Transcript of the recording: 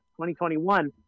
2021